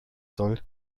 soll